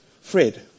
Fred